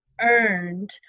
earned